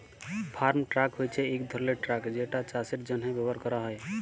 farm truck হছে ইক ধরলের ট্রাক যেটা চাষের জ্যনহে ব্যাভার ক্যরা হ্যয়